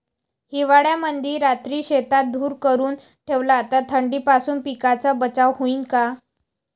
हिवाळ्यामंदी रात्री शेतात धुर करून ठेवला तर थंडीपासून पिकाचा बचाव होईन का?